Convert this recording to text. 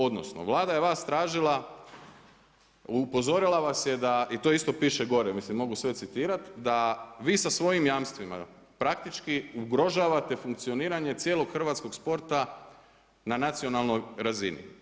Odnosno, Vlada je vas tražila, upozorila vas je da, i to isto piše gore, mislim mogu sve citirati da vi sa svojim jamstvima praktički ugrožavate funkcioniranje cijelog hrvatskog sporta na nacionalnoj razini.